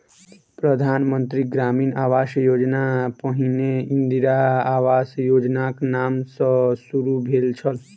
प्रधान मंत्री ग्रामीण आवास योजना पहिने इंदिरा आवास योजनाक नाम सॅ शुरू भेल छल